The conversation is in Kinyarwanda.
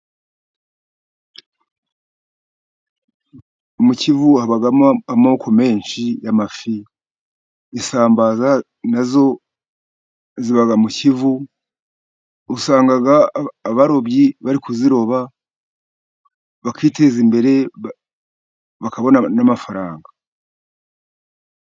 Mu Kivu habamo amoko menshi y'amafi. Isambaza na zo ziba mu Kivu. usanga abarobyi bari kuziroba, bakiteza imbere, bakabona n'amafaranga.